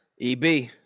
eb